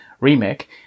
Remake